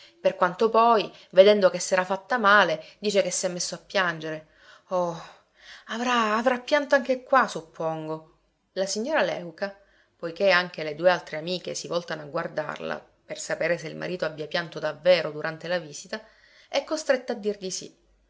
per quanto poi vedendo che s'era fatta male dice che s'è messo a piangere oh avrà avrà pianto anche qua suppongo la signora léuca poiché anche le due altre amiche si voltano a guardarla per sapere se il marito abbia pianto davvero durante la visita è costretta a dir di sì